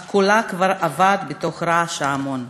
אך קולה כבר אבד בתוך רעש ההמון.